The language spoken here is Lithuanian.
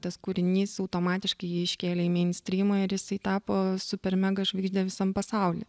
tas kūrinys automatiškai jį iškėlė į meinstrymą ir isai tapo super mega žvaigžde visam pasauly